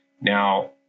Now